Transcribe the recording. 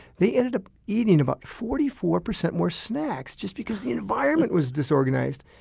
they ended up eating about forty four percent more snacks just because the environment was disorganized